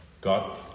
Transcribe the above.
God